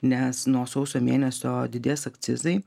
nes nuo sausio mėnesio didės akcizai